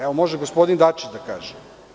Evo, može gospodin Dačić da kaže.